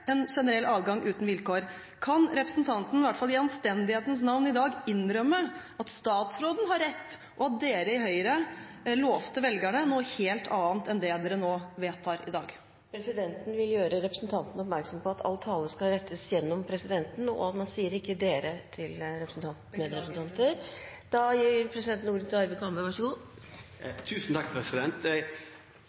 en generell adgang uten vilkår. Kan representanten i hvert fall i anstendighetens navn i dag innrømme at statsråden har rett, og at dere i Høyre lovte velgerne noe helt annet enn det dere nå vedtar i dag? Presidenten vil gjøre representanten oppmerksom på at all tale skal rettes til presidenten, og man sier ikke «dere» til representanten. Beklager, president.